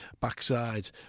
backside